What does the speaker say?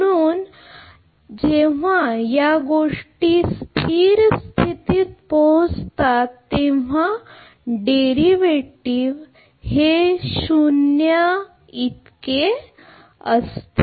म्हणून जेव्हा या सर्व गोष्टी स्थिर स्थितीत पोहोचतात तेव्हा डेरिव्हेटिव्ह शून्य बरोबर असते